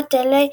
לעומת אלה,